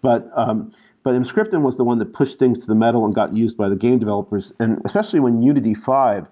but um but emscripten was the one that pushed things to the metal and got used by the game developers. and especially, when unity five